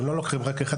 הם לא לוקחים רק אחד,